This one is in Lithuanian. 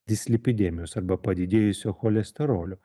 dislipidemijos arba padidėjusio cholesterolio